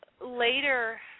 later